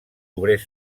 obrers